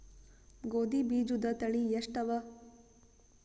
ಗೋಧಿ ಬೀಜುದ ತಳಿ ಎಷ್ಟವ?